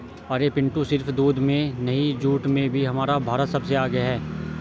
अरे पिंटू सिर्फ दूध में नहीं जूट में भी हमारा भारत सबसे आगे हैं